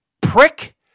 prick